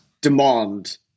demand